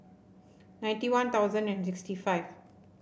ninety One Thousand and sixty five